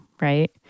right